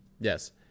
Yes